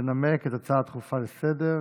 לנמק הצעה דחופה לסדר-היום.